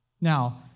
Now